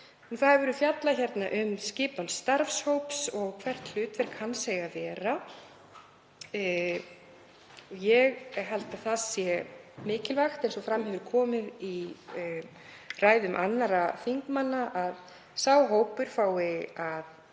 verið fjallað um skipan starfshóps og hvert hlutverk hans eigi að vera. Ég held að það sé mikilvægt, eins og fram hefur komið í ræðum annarra þingmanna, að sá hópur fái að